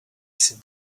sit